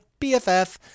bff